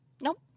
Nope